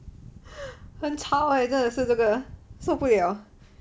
很吵 leh 真的是这个受不了